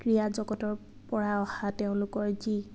ক্ৰীড়া জগতৰ পৰা অহা তেওঁলোকৰ যি